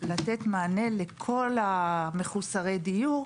לתת מענה לכל מחוסרי הדיור,